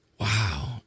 wow